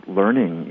learning